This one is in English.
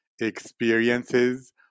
experiences